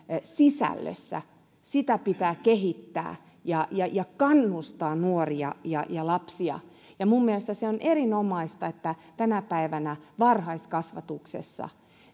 sisällössä sitä pitää kehittää ja ja kannustaa nuoria ja ja lapsia minun mielestäni se on erinomaista että tänä päivänä varhaiskasvatuksessa